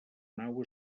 nau